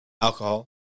alcohol